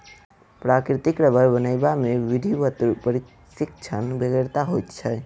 प्राकृतिक रबर बनयबा मे विधिवत प्रशिक्षणक बेगरता होइत छै